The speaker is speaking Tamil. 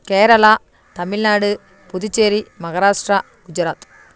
கேரளா தமிழ்நாடு புதுச்சேரி மகாராஷ்டிரா குஜராத்